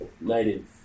native